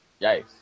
Yikes